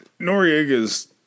Noriega's